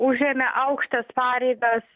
užėmė aukštas pareigas